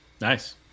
Nice